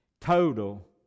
Total